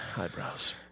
eyebrows